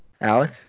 Alec